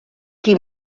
qui